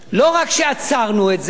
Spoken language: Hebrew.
לא רק שעצרנו את זה,